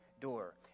door